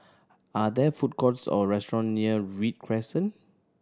are there food courts or restaurant near Read Crescent